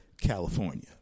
California